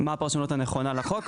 מהי הפרשנות הנכונה לחוק.